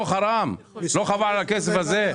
לא חבל על הכסף הזה?